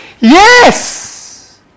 Yes